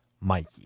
Mikey